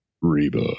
Reba